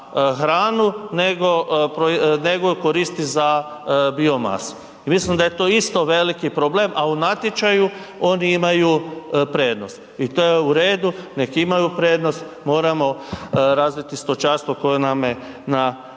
nego ju koristi za bio masu i mislim da je to isto veliki problem, a u natječaju oni imaju prednost i to je u redu nek imaju prednost, moramo razviti stočarstvo koje nam je na